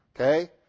Okay